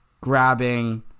grabbing